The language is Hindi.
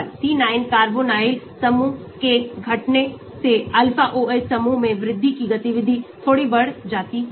C9 कार्बोनिल समूह के घटने से अल्फा OH समूह में वृद्धि की गतिविधि थोड़ी बढ़ जाती है